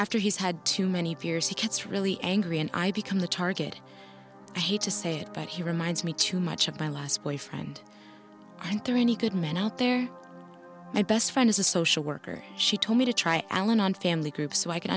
after he's had too many beers he gets really angry and i become the target i hate to say it but he reminds me too much of my last boyfriend and through any good men out there my best friend is a social worker she told me to try alan on family groups so i c